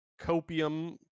Copium